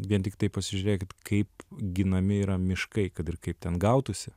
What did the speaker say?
vien tiktai pasižiūrėkit kaip ginami yra miškai kad ir kaip ten gautųsi